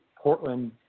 Portland